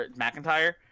McIntyre